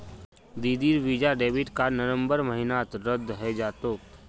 दीदीर Visa debit card नवंबर महीनात रद्द हइ जा तोक